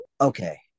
Okay